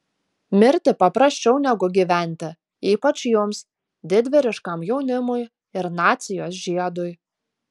mirti paprasčiau negu gyventi ypač jums didvyriškam jaunimui ir nacijos žiedui